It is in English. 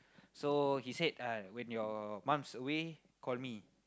so he said uh when your mum is away call me